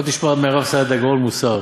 בוא תשמע מהרב סעדיה גאון מוסר.